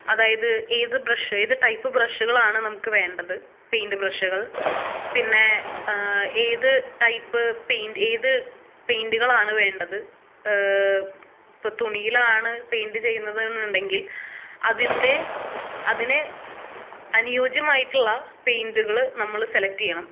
അതായത് ഏത് ബ്രഷ് ഏത് ടൈപ്പ് ബ്രഷുകളാണ് നമുക്ക് വേണ്ടത് പെയിൻറ്റ് ബ്രഷുകൾ പിന്നെ ഏത് ടൈപ്പ് പെയിൻറ്റ് ഏത് പെയിറ്റ്കളാണ് വേണ്ടത് ഇപ്പോൾ തുണിയിലാണ് പെയിൻറ്റ് ചെയ്യുന്നത് എന്ന് ഉണ്ടെങ്കിൽ അതിൻ്റെ അതിനെ അനുയോജ്യമായിട്ടുള്ള പെയിന്റുകൾ നമ്മൾ സെലക്ട് ചെയ്യണം